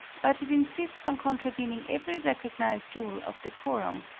but it insists on contravening every recognized rule of decorum,